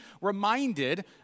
reminded